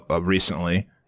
recently